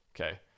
Okay